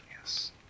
yes